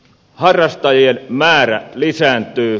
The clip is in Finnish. harrastajien määrä lisääntyy